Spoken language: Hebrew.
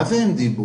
מה זה אין דיבור?